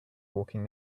walking